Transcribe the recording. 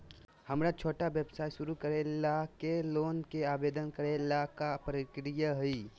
हमरा छोटा व्यवसाय शुरू करे ला के लोन के आवेदन करे ल का प्रक्रिया हई?